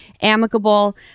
amicable